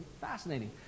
fascinating